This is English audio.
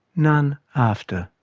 none afterwho